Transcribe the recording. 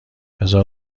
بزار